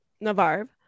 Navarre